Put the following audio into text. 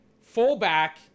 Fullback